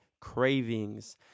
cravings